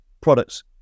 products